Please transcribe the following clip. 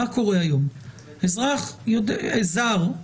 היום אזרח זר,